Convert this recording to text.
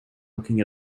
looking